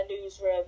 newsroom